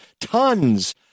tons